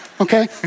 Okay